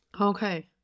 Okay